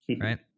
right